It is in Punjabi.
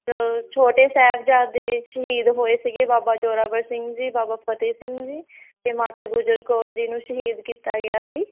ਛੋਟੇ ਸਾਹਿਬਜ਼ਾਦੇ ਸ਼ਹੀਦ ਹੋਏ ਸੀਗੇ ਬਾਬਾ ਜ਼ੋਰਾਵਰ ਸਿੰਘ ਜੀ ਬਾਬਾ ਫਤਿਹ ਸਿੰਘ ਜੀ ਅਤੇ ਮਾਤਾ ਗੁਜਰ ਕੌਰ ਜੀ ਨੂੰ ਸ਼ਹੀਦ ਕੀਤਾ ਗਿਆ ਸੀ